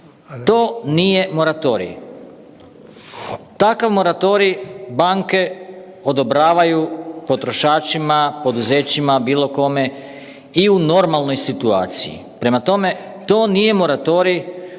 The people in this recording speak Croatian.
To nije moratorij. Takav moratorij banke odobravaju potrošačima, poduzećima, bilo kome i u normalnoj situaciji, prema tome to nije moratorij